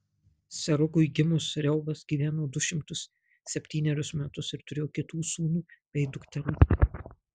serugui gimus reuvas gyveno du šimtus septynerius metus ir turėjo kitų sūnų bei dukterų